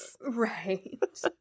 Right